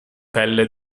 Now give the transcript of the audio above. pelle